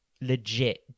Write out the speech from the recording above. Legit